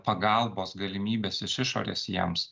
pagalbos galimybes iš išorės jiems